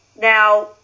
Now